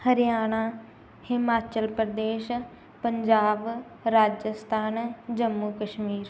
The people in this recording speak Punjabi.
ਹਰਿਆਣਾ ਹਿਮਾਚਲ ਪ੍ਰਦੇਸ਼ ਪੰਜਾਬ ਰਾਜਸਥਾਨ ਜੰਮੂ ਕਸ਼ਮੀਰ